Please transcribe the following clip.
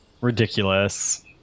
Ridiculous